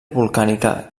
volcànica